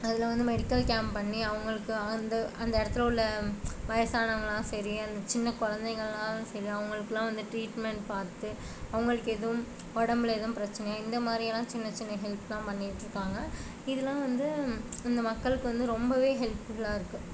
அதில் வந்து medical camp பண்ணி அவங்களுக்கு அந்த அந்த இடத்துல உள்ள வயதானவங்களாம் சரி அந்த சின்ன குழந்தைங்கள்லாம் சரி அவங்களுக்குலாம் வந்துட்டு ட்ரீட்மெண்ட் பார்த்து அவங்களுக்கு எதுவும் உடம்புல எதுவும் பிரச்சினையா இந்த மாதிரியலாம் சின்ன சின்ன ஹெல்பெலாம் பண்ணிகிட்ருக்காங்க இதெலாம் வந்து இந்த மக்களுக்கு வந்து ரொம்பவே ஹெல்ப்ஃபுல்லாக இருக்குது